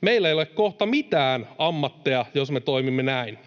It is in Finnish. Meillä ei ole kohta mitään ammatteja, jos me toimimme näin.